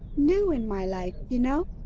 new in my life. you know?